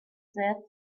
said